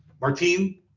Martin